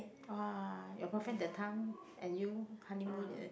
!wah! your boyfriend that time and you honeymoon is it